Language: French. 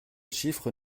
chiffre